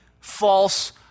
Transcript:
false